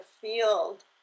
field